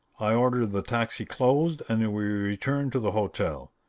i ordered the taxi closed and we returned to the hotel.